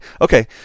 Okay